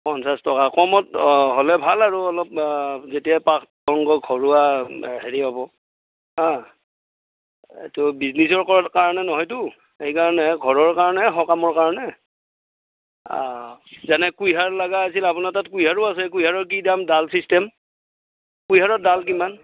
পঞ্চাছ টকা কমত হ'লে ভাল আৰু অলপ আ যেতিয়া পাঠ প্ৰসংগ ঘৰুৱা হেৰি হ'ব হা এইটো বিজনেছৰ কাৰণে নহয়তো সেইকাৰণে ঘৰৰ কাৰণে সকামৰ কাৰণে আ যেনে কুহিয়াৰ লগা হৈছিল আপোনাৰ তাত কুহিয়াৰো আছে কুহিয়াৰৰ কি দাম ডাল চিষ্টেম কুহিয়াৰৰ ডাল কিমান